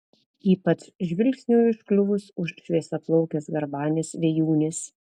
ypač žvilgsniui užkliuvus už šviesiaplaukės garbanės vėjūnės